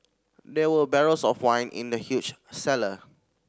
there were barrels of wine in the huge cellar